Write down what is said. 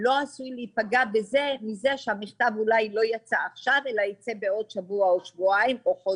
לא עשוי להיפגע מזה שהמכתב לא יצא עכשיו אלא יצא בעוד שבוע או חודש.